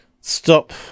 stop